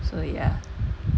so ya